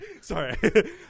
Sorry